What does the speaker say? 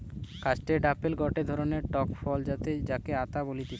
custard apple গটে ধরণের টক ফল যাতে যাকে আতা বলতিছে